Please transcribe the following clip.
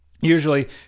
usually